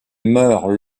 meurt